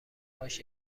هاش